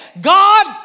God